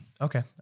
Okay